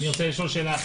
אני רוצה לשאול שאלה.